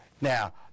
now